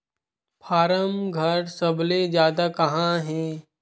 form घर सबले जादा कहां हे